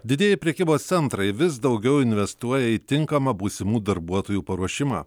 didieji prekybos centrai vis daugiau investuoja į tinkamą būsimų darbuotojų paruošimą